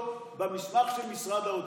אני שאלתי אותו: במסמך של משרד האוצר,